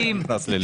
אני לא נכנס לליבה.